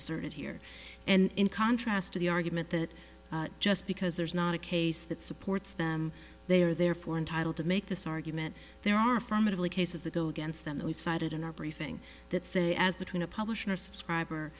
asserted here and in contrast to the argument that just because there's not a case that supports them they are therefore entitled to make this argument there are formidably cases that go against them that we've cited in our briefing that say as between a publisher subscriber